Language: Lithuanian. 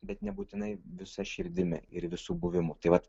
bet nebūtinai visa širdimi ir visu buvimu tai vat